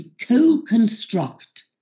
co-construct